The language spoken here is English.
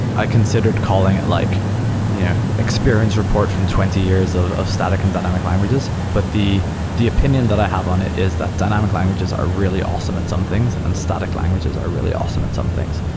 i considered calling like yeah experience report from twenty years of of static and dynamic languages, but the the opinion that i have on it is that dynamic languages are really awesome at some things and static languages are really awesome at some things.